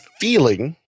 feeling